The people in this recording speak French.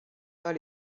pas